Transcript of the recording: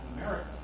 America